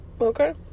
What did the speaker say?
Okay